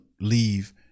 leave